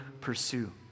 pursue